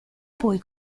poi